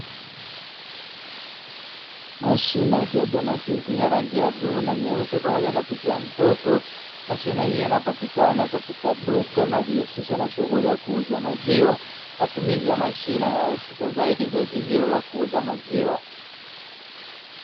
Mashine ya kiautomatiki yenye rangi ya bluu na nyeupe pamoja na picha ya mtoto. Mashine hiyo inapatikana katika duka linalojihusisha na shughuli ya kuuza maziwa. Matumizi ya mashine yanarahisisha zaidi zoezi hilo la kuuza maziwa.